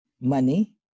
money